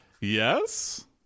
Yes